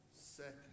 second